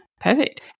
perfect